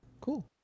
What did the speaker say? cool